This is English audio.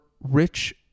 Rich